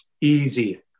easy